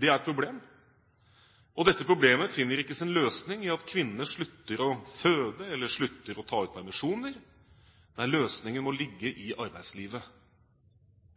Det er et problem. Dette problemet finner ikke sin løsning i at kvinner slutter å føde eller slutter å ta ut permisjoner. Nei, løsningen må ligge i arbeidslivet.